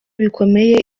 bikomeye